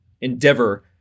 endeavor